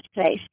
place